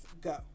go